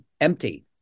empty